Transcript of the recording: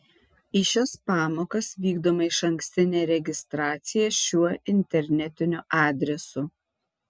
į šias pamokas vykdoma išankstinė registracija šiuo internetiniu adresu